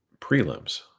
prelims